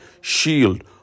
shield